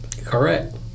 Correct